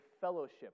fellowship